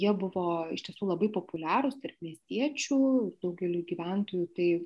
jie buvo iš tiesų labai populiarūs tarp miestiečių daugeliui gyventojų tai